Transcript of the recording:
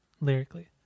lyrically